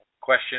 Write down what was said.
Question